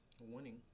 winning